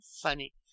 funny